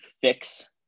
fix